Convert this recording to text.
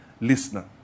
listener